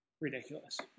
ridiculous